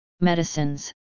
medicines